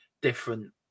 different